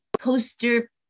poster